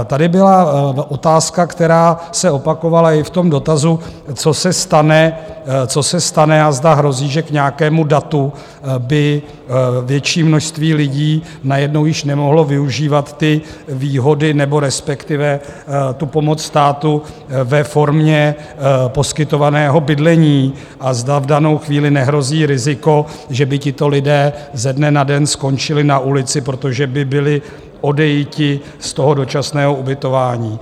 Tady byla otázka, která se opakovala i v tom dotazu, co se stane a zda hrozí, že k nějakému datu by větší množství lidí najednou již nemohlo využívat ty výhody, nebo respektive pomoc státu ve formě poskytovaného bydlení, a zda v danou chvíli nehrozí riziko, že by tito lidé ze dne na den skončili na ulici, protože by byli odejiti z dočasného ubytování.